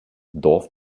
dorf